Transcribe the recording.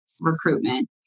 recruitment